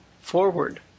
Forward